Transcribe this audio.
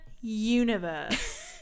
Universe